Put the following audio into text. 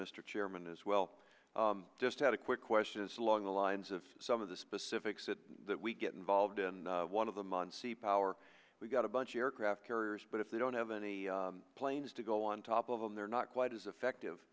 mr chairman as well i just had a quick question is along the lines of some of the specifics that that we get involved in one of them on sea power we've got a bunch of aircraft carriers but if they don't have any planes to go on top of them they're not quite as effective